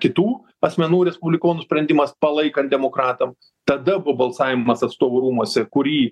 kitų asmenų respublikonų sprendimas palaikant demokratam tada buvo balsavimas atstovų rūmuose kurį